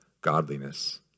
godliness